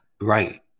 right